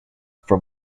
from